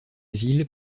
ville